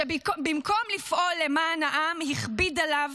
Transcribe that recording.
שבמקום לפעול למען העם הכביד עליו